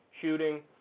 shooting